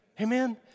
Amen